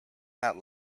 that